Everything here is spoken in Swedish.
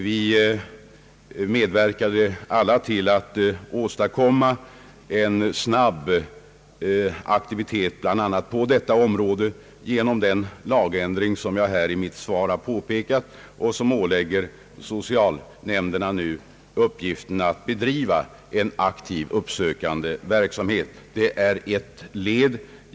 Vi medverkade alla till att åstadkomma en snabb aktivitet bl.a. på detta område genom den lagändring som jag omnämnt i mitt svar och som nu ålägger socialnämnderna uppgiften att bedriva en aktiv, uppsökande verksamhet. Det är ett led i arbetet.